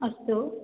अस्तु